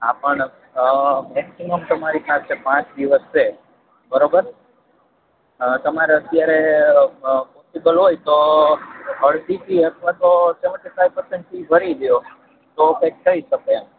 હા પણ મેક્સિમમ તમારી પાસે પાંચ દિવસ છે બરોબર તમારે અત્યારે પોસિબલ હોય તો અડધી ફી અથવા તો સેવેંટી ફાઈવ પર્સેન્ટ ફી ભરી દો તો કાઈક થઈ શકે એમ